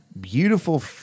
Beautiful